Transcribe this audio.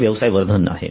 हे व्यवसाय वर्धन आहे